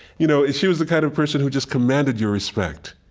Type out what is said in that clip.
you know ah she was the kind of person who just commanded your respect.